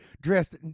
dressed